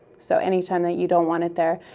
so any time that you don't want it there.